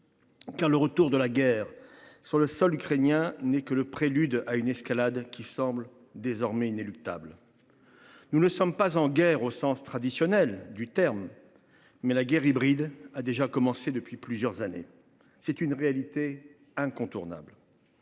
car le retour de la guerre sur le sol ukrainien n’est que le prélude à une escalade qui semble désormais inéluctable. Nous ne sommes pas en guerre au sens traditionnel du terme, mais la guerre hybride a déjà commencé depuis plusieurs années ; c’est une réalité incontournable.